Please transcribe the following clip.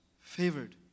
favored